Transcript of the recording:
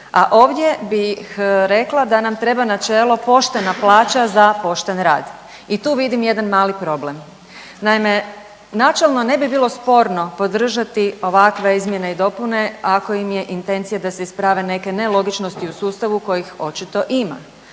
a ovdje bih rekla da nam treba načelo poštena plaća za pošten rad i tu vidim jedan mali problem. Naime, načelno ne bi bilo sporno podržati ovakve izmjene i dopune ako im je intencija da se isprave neke nelogičnosti u sustavu kojih očito ima.